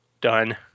Done